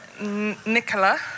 Nicola